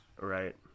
Right